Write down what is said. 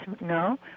no